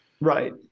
Right